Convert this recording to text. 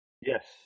yes